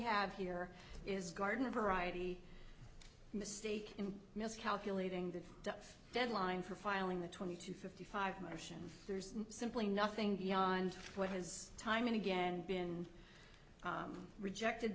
have here is garden variety mistake in calculating the deadline for filing the twenty two fifty five motion there's simply nothing beyond what has time and again been rejected